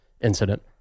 incident